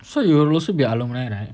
so you will also be alumni right